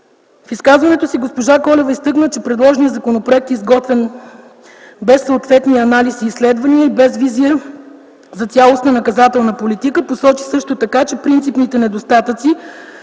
В изказването си госпожа Колева изтъкна, че предложеният законопроект е изготвен без съответния анализ и изследвания и без визия за цялостна наказателна политика. Посочи също така, че принципните недостатъци,